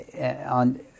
On